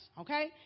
Okay